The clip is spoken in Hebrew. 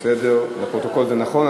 בסדר, לפרוטוקול, זה נכון.